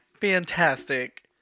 fantastic